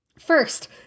First